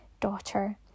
daughter